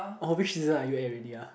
orh which season are you at already ah